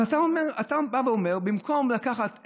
אז אתה בא ואומר: במקום לקחת,